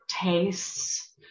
tastes